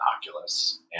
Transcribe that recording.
Oculus